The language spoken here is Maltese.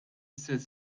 istess